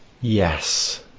Yes